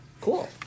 cool